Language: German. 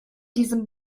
diesem